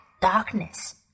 darkness